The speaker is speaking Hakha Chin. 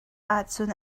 ahcun